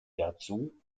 dazu